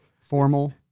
Formal